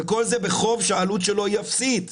וכל זה בחוב שהעלות שלו היא אפסית.